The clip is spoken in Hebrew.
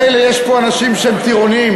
מילא יש פה אנשים שהם טירונים,